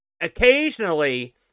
occasionally